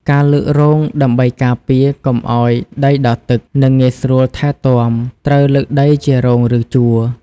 ការលើករងដើម្បីការពារកុំឲ្យដីដក់ទឹក និងងាយស្រួលថែទាំ ត្រូវលើកដីជា រង ឬ ជួរ។